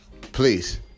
please